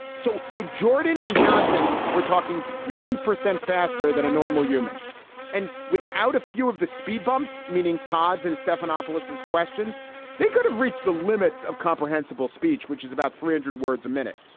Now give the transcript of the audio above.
so so jordan and johnson we're talking fifty percent faster than a normal human and without a few of the speed bumps meaning todd's and stephanopoulos his questions they could have reached the limits of comprehensible speech which is about three hundred words a minute.